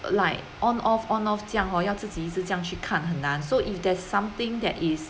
like on off on off 这样 hor 要自己一次这样去看很难 so if there's something that is